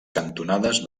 cantonades